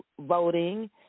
voting